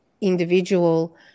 individual